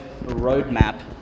roadmap